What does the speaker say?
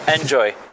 Enjoy